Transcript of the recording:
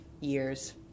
years